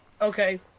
Okay